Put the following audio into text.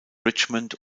richmond